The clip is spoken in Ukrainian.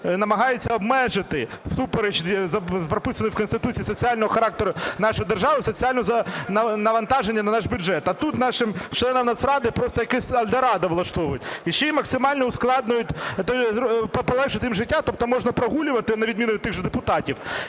намагається обмежити всупереч прописаним в Конституції соціального характеру нашої держави соціальне навантаження на наш бюджет. А тут нашим членам Нацради просто якесь Ельдорадо влаштовують. Ще й максимально ускладнюють… тобто полегшують їм життя. Тобто можна прогулювати, на відміну від тих же депутатів,